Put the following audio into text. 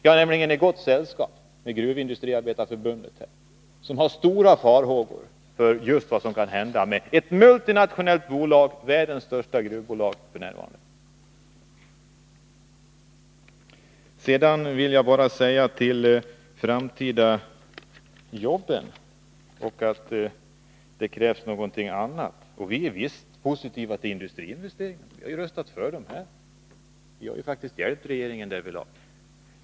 Jag är nämligen i gott sällskap med Gruvindustriarbetareförbundet som hyser stora farhågor för just vad som kan hända med ett multinationellt bolag, världens största gruvbolag f. n. Beträffande de framtida jobben vill jag säga att nu krävs någonting annat. Vi är visst positiva till industriinvesteringar. Vi har ju röstat för dem här. Vi har faktiskt hjälpt regeringen därvidlag.